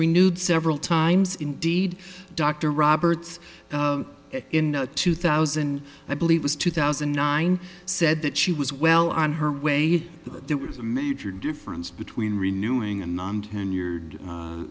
renewed several times indeed dr roberts in two thousand i believe was two thousand and nine said that she was well on her way that there was a major difference between renewing a non tenured